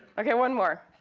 okay, one more.